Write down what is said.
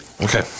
Okay